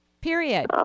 Period